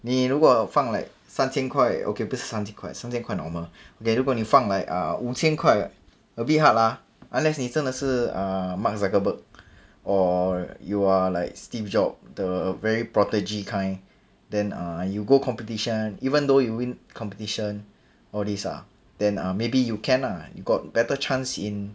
你如果放 like 三千块 okay 不是三千块三千快 normal okay 如果你放 like uh 五千块 a bit hard lah unless 你真的是 uh mark zuckerberg or you are like steve job the very prodigy kind then uh you go competition even though you win competition all this ah then maybe you can ah you got better chance in